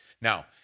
now